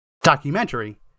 documentary